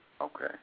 Okay